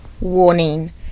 Warning